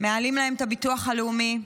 מעלים להן את הביטוח הלאומי,